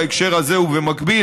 בהקשר הזה ובמקביל,